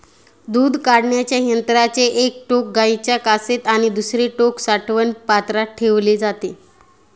दूध काढण्याच्या यंत्राचे एक टोक गाईच्या कासेत आणि दुसरे टोक दूध साठवण पात्रात ठेवले जाते